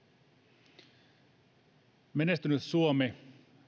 menestyneeksi suomeksi menestynyt suomi